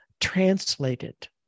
translated